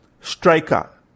striker